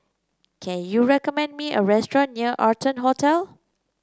can you recommend me a restaurant near Arton Hotel